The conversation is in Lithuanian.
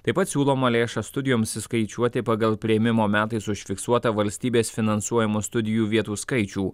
taip pat siūloma lėšas studijoms įskaičiuoti pagal priėmimo metais užfiksuotą valstybės finansuojamų studijų vietų skaičių